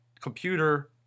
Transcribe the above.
computer